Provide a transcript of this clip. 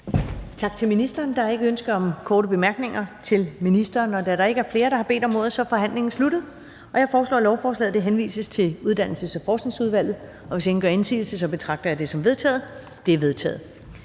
Tak til ministeren. Der er ikke ønske om korte bemærkninger til ministeren. Da der ikke er flere, der har bedt om ordet, er forhandlingen sluttet. Jeg foreslår, at lovforslaget henvises til Uddannelses- og Forskningsudvalget. Hvis ingen gør indsigelse, betragter jeg det som vedtaget. Det er vedtaget.